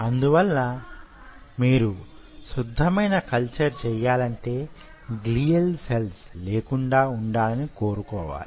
అందువలన మీరు శుద్ధమైన కల్చర్ చెయ్యాలంటే గ్లియల్ సెల్స్ లేకుండా వుండాలని కోరుకోవాలి